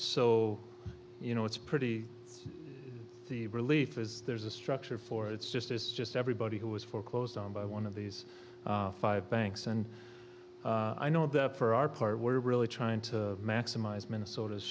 so you know it's pretty the relief is there's a structure for it's just it's just everybody who was foreclosed on by one of these five banks and i know that for our part we're really trying to maximize minnesota's